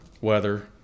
weather